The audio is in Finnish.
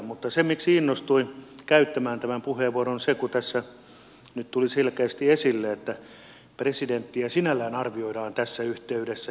mutta se miksi innostuin käyttämään tämän puheenvuoron on se kun tässä nyt tuli selkeästi esille että presidenttiä sinällään ja hänen toimiaan arvioidaan tässä yhteydessä